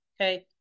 Okay